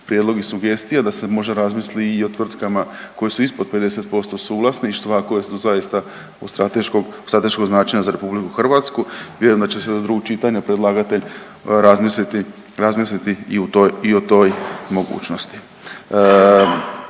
prijedlog i sugestija da se možda razmisli i o tvrtkama koje su ispod 50% suvlasništva, koje su zaista od strateškog značenja za RH, vjerujem da će se do drugog čitanja predlagatelj razmisliti i o toj mogućnosti.